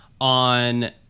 on